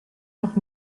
noch